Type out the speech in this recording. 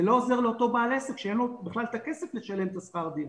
זה לא עוזר לאותו בעל עסק שאין לו בכלל את הכסף לשלם את שכר הדירה.